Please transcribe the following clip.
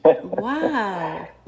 wow